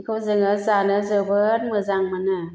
बिखौ जोङो जानो जोबोद मोजां मोनो